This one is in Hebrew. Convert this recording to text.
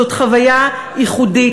זאת חוויה ייחודית.